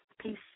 Peace